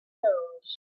blows